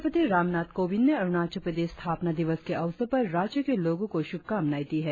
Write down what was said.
राष्ट्रपति रामनाथ कोविंद ने अरुणाचल प्रदेश स्थापना दिवस के अवसर पर राज्य के लोगों को शुभकामनाए दी है